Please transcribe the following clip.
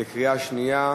קריאה שנייה,